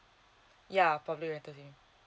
yeah public rental